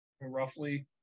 roughly